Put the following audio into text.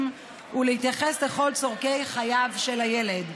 ולהתייחס לכל צורכי חייו של הילד,